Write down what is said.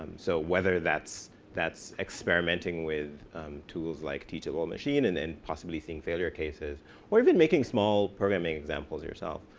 so whether that's that's experimenting with tools like teachable machine and and possibly seeing failure cases or even making small programming examples yourself,